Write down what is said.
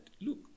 look